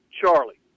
Charlie